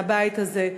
מהבית הזה.